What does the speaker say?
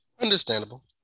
Understandable